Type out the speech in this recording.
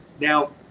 Now